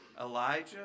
Elijah